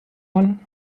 one